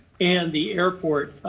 and the airport